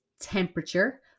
temperature